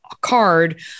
card